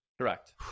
Correct